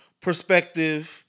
perspective